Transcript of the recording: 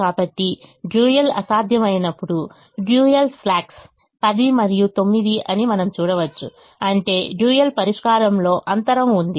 కాబట్టి డ్యూయల్ అసాధ్యమైనప్పుడు dual slacks 10 మరియు 9 అని మనము చూడవచ్చు అంటే డ్యూయల్ పరిష్కారంలో అంతరం ఉంది